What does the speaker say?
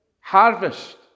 Harvest